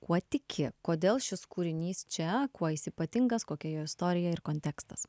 kuo tiki kodėl šis kūrinys čia kuo jis ypatingas kokia jo istorija ir kontekstas